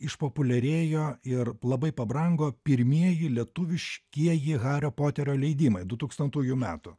išpopuliarėjo ir labai pabrango pirmieji lietuviškieji hario poterio leidimai dutūkstantųjų metų